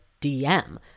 DM